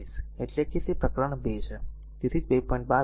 22 કારણ કે તે પ્રકરણ 2 છે તેથી જ 2